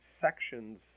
sections